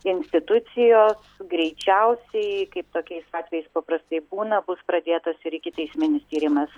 institucijos greičiausiai kaip tokiais atvejais paprastai būna bus pradėtas ir ikiteisminis tyrimas